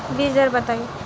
बीज दर बताई?